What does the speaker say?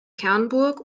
kernburg